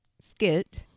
skit